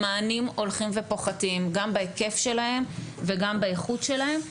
המענים הולכים ופוחתים גם בהיקף שלהם וגם באיכות שלהם.